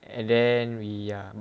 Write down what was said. and then we ah